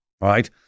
right